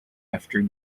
after